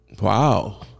Wow